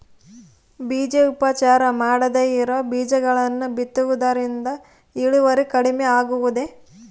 ಬೇಜೋಪಚಾರ ಮಾಡದೇ ಇರೋ ಬೇಜಗಳನ್ನು ಬಿತ್ತುವುದರಿಂದ ಇಳುವರಿ ಕಡಿಮೆ ಆಗುವುದೇ?